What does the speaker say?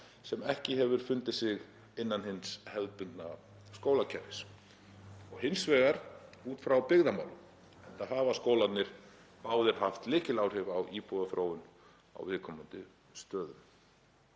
sem ekki hefur fundið sig innan hins hefðbundna skólakerfis og hins vegar út frá byggðamálum, enda hafa skólarnir báðir haft lykiláhrif á íbúaþróun á viðkomandi stöðum.